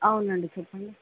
అవునండి చెప్పండి